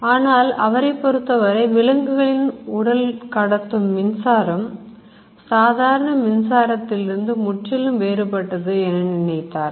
ஆனால் அவரைப் பொறுத்தவரை விலங்குகளின் உடல் கடத்தும் மின்சாரம் சாதாரண மின்சாரத்திலிருந்து முற்றிலும் வேறுபட்டது என நினைத்தார்